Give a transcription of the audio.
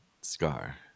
scar